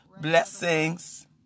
Blessings